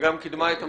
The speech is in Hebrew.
שגם קידמה את המהלך.